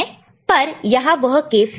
है पर यहां वह केस नहीं है